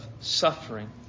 suffering